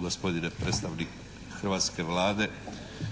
gospodine predstavnik hrvatske Vlade.